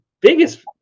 biggest